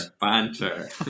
banter